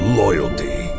loyalty